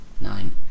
nine